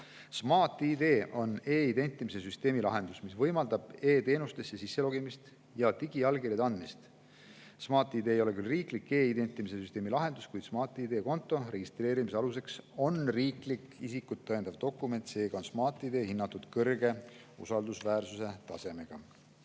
Smart-ID on e-identimise süsteemi lahendus, mis võimaldab e-teenustesse sisse logida ja digiallkirja anda. Smart-ID ei ole küll riiklik e-identimise süsteemi lahendus, kuid Smart-ID konto registreerimise aluseks on riiklik isikut tõendav dokument, seega on Smart-ID kõrge usaldusväärsuse tasemega.